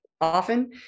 often